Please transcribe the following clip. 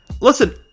Listen